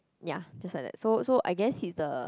ya just like that so so I guess he's the